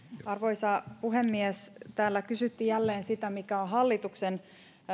arvoisa puhemies täällä kysyttiin jälleen sitä mikä on hallituksen